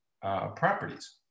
properties